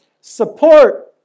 support